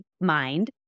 mind